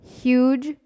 huge